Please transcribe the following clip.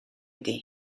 ydy